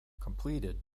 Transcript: completed